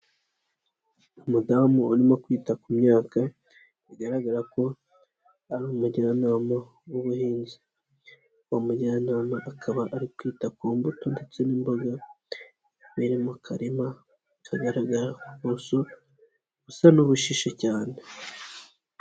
Umudamu urimo kwita ku myaka, bigaragara ko ari umujyanama w'ubuhinzi, uwo mujyanama akaba ari kwita ku mbuto ndetse n'imboga, biri mu karima kagaragara ku buso busa n'ubushishe cyane.